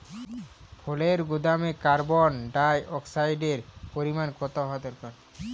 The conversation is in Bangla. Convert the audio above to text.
ফলের গুদামে কার্বন ডাই অক্সাইডের পরিমাণ কত হওয়া দরকার?